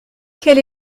quelle